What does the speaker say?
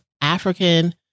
African